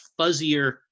fuzzier